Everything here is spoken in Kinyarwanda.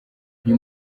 uyu